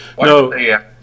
No